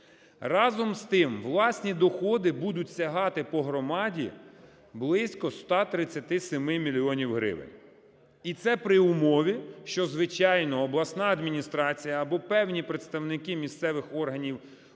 Разом з тим, власні доходи будуть сягати по громаді близько 137 мільйонів гривень. І це при умові, що, звичайно, обласна адміністрація або певні представники місцевих органів